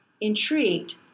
intrigued